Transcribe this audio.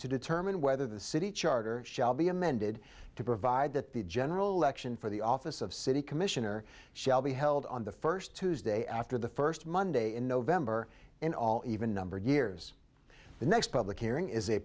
to determine whether the city charter shall be amended to provide that the general election for the office of city commissioner shall be held on the first tuesday after the first monday in november in all even numbered years the next public hearing is a